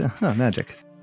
magic